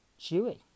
Chewy